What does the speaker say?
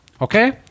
Okay